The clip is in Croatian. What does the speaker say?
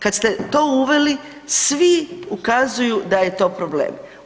Kad ste to uveli svi ukazuju da je to problem.